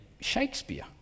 Shakespeare